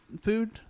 food